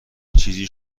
چیزیش